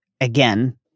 Again